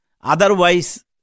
Otherwise